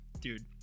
Dude